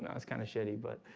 and it's kind of shitty but